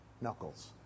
Knuckles